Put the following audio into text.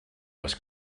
was